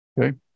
Okay